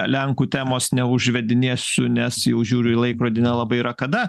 lenkų temos neužvedinėsiu nes jau žiūriu į laikrodį nelabai yra kada